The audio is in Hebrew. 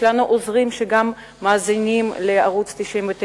ויש לנו עוזרים שגם מאזינים לערוץ-99,